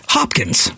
Hopkins